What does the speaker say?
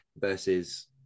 versus